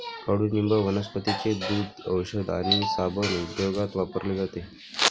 कडुनिंब वनस्पतींचे दूध, औषध आणि साबण उद्योगात वापरले जाते